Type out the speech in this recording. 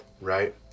right